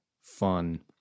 fun